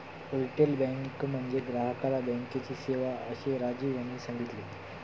retail bank म्हणजे ग्राहकाला बँकेची सेवा, असे राजीव यांनी सांगितले